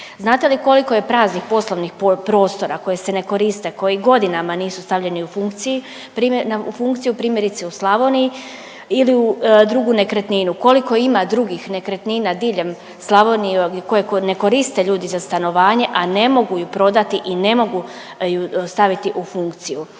Znate li koliko je praznih poslovnih prostora koje se ne koriste koji godinama nisu stavljeni u funkciju primjerice u Slavoniji ili u drugu nekretninu? Koliko ima drugih nekretnina diljem Slavonije koje ne koriste ljudi za stanovanje, a ne mogu ju prodati i ne mogu ju staviti u funkciju?